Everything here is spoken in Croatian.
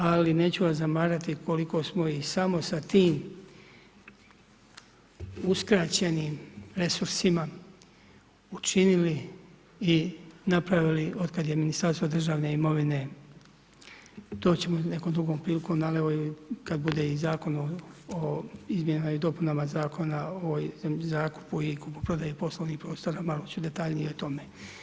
Ali neću vas zamarati koliko smo i samo sa tim uskraćenim resursima počinili i napravili od kad je Ministarstva državne imovine, to ćemo nekom drugom prilikom kad bude i Zakon o izmjenama i dopunama Zakona o zakupu i kupoprodaji poslovnih prostora, malo ću detaljnije o tome.